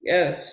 Yes